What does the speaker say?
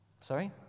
Sorry